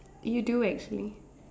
you do actually